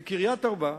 בקריית-ארבע,